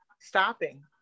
stopping